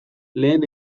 lehen